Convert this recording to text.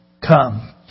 come